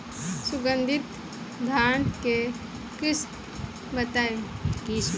सुगंधित धान के किस्म बताई?